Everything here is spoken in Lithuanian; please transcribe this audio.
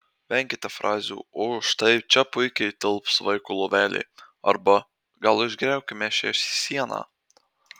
venkite frazių o štai čia puikiai tilps vaiko lovelė arba gal išgriaukime šią sieną